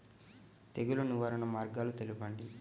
తెగులు నివారణ మార్గాలు తెలపండి?